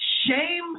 Shame